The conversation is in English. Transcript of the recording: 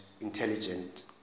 intelligent